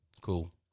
cool